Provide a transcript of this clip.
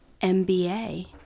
MBA